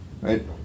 right